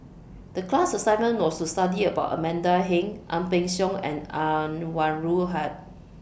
The class assignment was to study about Amanda Heng Ang Peng Siong and Anwarul Haque